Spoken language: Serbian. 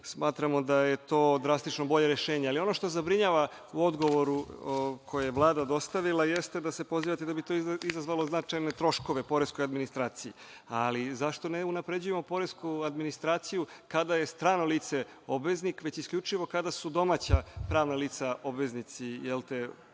Smatramo da je to drastično bolje rešenje. Ono što zabrinjava u odgovoru koji je Vlada dostavila jeste da se pozivate da bi izazvalo značajne troškove poreskoj administraciji. Zašto ne unapređujemo poresku administraciju kada je strano lice obveznik, već isključivo kada su domaća pravna lica obveznici poreskih